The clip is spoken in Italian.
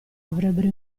avrebbero